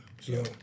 So-